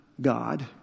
God